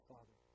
Father